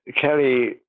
Kelly